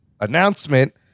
announcement